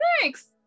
thanks